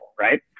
right